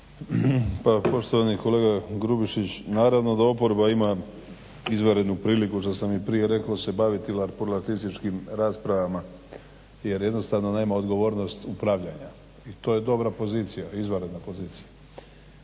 Poštovani kolega Grubišić, naravno da oporba ima izvanrednu priliku što sam i prije rekao se baviti larpurlartističkim raspravama, jer jednostavno nema odgovornost upravljanja, i to je dobra pozicija, izvanredna pozicija.